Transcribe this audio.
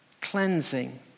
cleansing